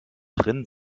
drin